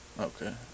Okay